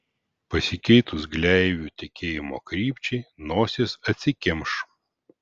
pasikeitus gleivių tekėjimo krypčiai nosis atsikimš